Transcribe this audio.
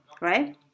right